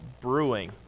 brewing